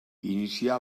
inicià